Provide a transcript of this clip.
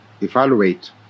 evaluate